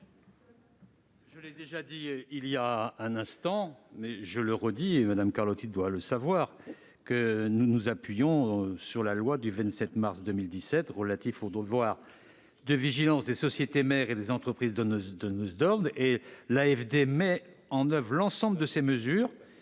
Je l'ai déjà souligné, et Mme Carlotti doit le savoir, nous nous appuyons sur la loi du 27 mars 2017 relative au devoir de vigilance des sociétés mères et des entreprises donneuses d'ordre. L'AFD, qui met en oeuvre l'ensemble de ces mesures,